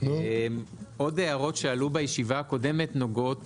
עוד הערות שעלו בישיבה הקודמת נוגעות